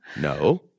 No